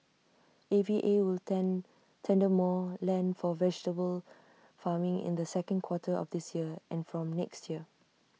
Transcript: A V A will tender more land for vegetable farming in the second quarter of this year and from next year